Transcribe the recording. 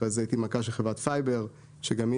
אחרי זה הייתי מנכ"ל של חברת פייבר שגם היא